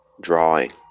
drawing